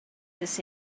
this